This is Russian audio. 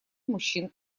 мужчин